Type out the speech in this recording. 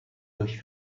durch